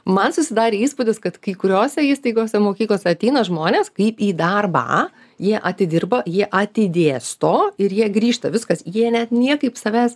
man susidarė įspūdis kad kai kuriose įstaigose mokyklose ateina žmonės kaip į darbą jie atidirba jie atidėsto ir jie grįžta viskas jie net niekaip savęs